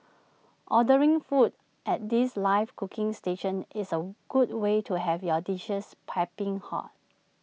ordering foods at these live cooking stations is A good way to have your dishes piping hot